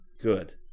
Good